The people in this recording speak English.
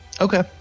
okay